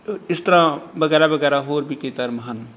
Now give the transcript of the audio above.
ਇਸ ਤਰ੍ਹਾਂ ਵਗੈਰਾ ਵਗੈਰਾ ਹੋਰ ਵੀ ਕਈ ਧਰਮ ਹਨ